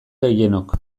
gehienok